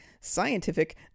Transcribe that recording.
scientific